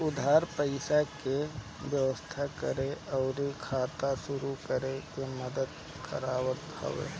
इ उधार पईसा के व्यवस्था करे अउरी खाता शुरू करे में मदद करत हवे